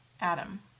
Adam